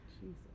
Jesus